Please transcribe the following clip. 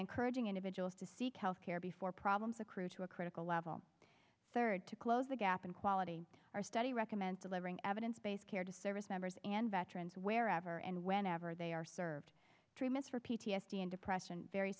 encouraging individuals to seek health care before problems accrue to a critical level third to close the gap in quality our study recommends delivering evidence based care to service members and veterans wherever and whenever they are served treatments for p t s d and depression very